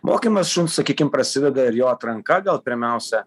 mokymas šuns sakykim prasideda ir jo atranka gal pirmiausia